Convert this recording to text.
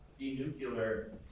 denuclear